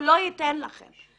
הוא לא ייתן לכם אותו.